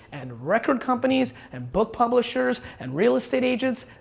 and record companies and book publishers and real estate agents,